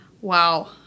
Wow